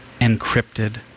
encrypted